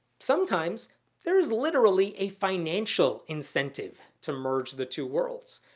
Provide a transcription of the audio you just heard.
sometimes there's literally a financial incentive to merge the two worlds.